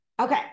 Okay